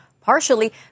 partially